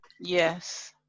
Yes